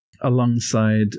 alongside